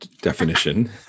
definition